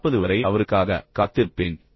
40 வரை அவருக்காக காத்திருப்பேன்